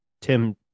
Tim